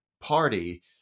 party